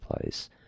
place